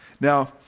Now